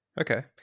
Okay